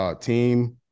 Team